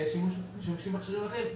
שימוש במכשירים אחרים,